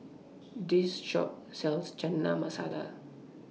This Shop sells Chana Masala